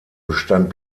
bestand